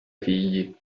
figli